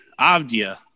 Avdia